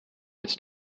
it’s